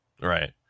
Right